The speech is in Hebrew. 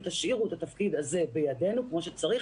ותשאירו את התפקיד הזה בידנו כמו שצריך.